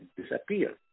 disappear